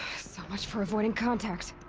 so much for avoiding contact!